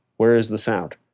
where is the sound?